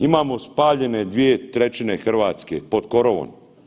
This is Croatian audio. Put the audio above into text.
Imamo spaljene 2/3 Hrvatske, pod korovom.